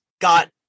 got